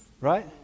Right